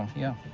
yeah.